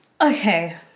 okay